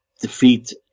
defeat